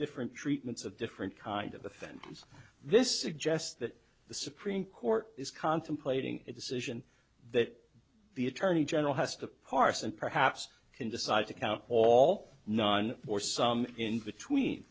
different treatments of different kind of offend this it jess that the supreme court is contemplating a decision that the attorney general has to parse and perhaps can decide to count all nine or some in between